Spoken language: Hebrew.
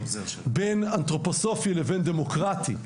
בין אנתרופוסופי לבין דמוקרטי,